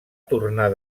tornar